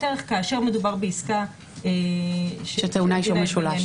ערך כאשר מדובר בעסקה שטעונה אישור.